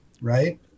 Right